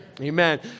amen